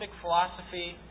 philosophy